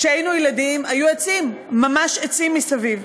כשהיינו ילדים היו עצים, ממש עצים מסביב.